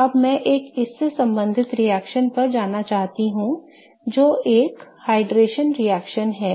अब मैं एक इससे संबंधित रिएक्शन पर जाना चाहता हूं जो एक जलयोजन रिएक्शन है